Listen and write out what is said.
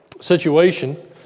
situation